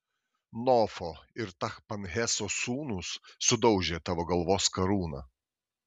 nofo ir tachpanheso sūnūs sudaužė tavo galvos karūną